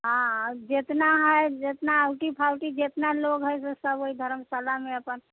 आओर जतना हइ जतना आउटी फाउटी जतना लोग हइ से सब ओहि धर्मशालामे अपन